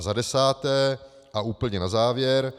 Za desáté a úplně na závěr.